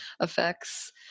effects